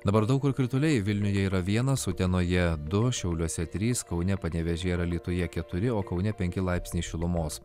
dabar daug kur krituliai vilniuje yra vienas utenoje du šiauliuose trys kaune panevėžyje alytuje keturi o kaune penki laipsniai šilumos